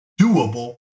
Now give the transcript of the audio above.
doable